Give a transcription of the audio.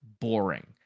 boring